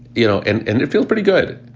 you know, and and it feels pretty good.